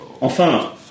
Enfin